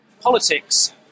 politics